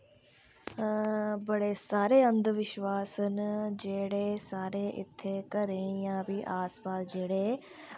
बड़े सारे अन्ध विश्वास न जेह्ड़े साढ़े इत्थें घरें जां फ्ही आस पास जेह्ड़े